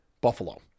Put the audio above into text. Buffalo